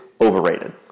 overrated